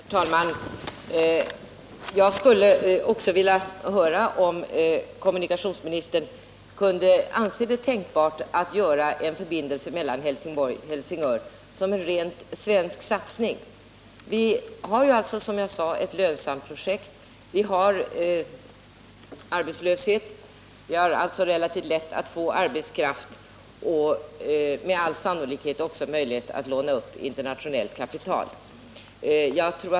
Herr talman! Jag skulle också vilja höra om kommunikationsministern anser det tänkbart att man åstadkommer en fast förbindelse mellan Helsingborg och Helsingör som en rent svensk satsning. Det finns, som jag redan sagt, ett lönsamt projekt, det råder arbetslöshet och det är därför relativt lätt att få arbetskraft, och vi har med all sannolikhet möjlighet att låna upp internationellt kapital.